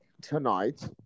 tonight